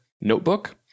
notebook